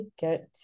get